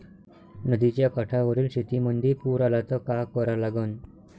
नदीच्या काठावरील शेतीमंदी पूर आला त का करा लागन?